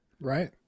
Right